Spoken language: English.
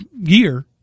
year